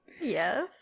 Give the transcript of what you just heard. Yes